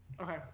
Okay